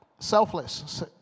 Selfless